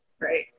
Right